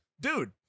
dude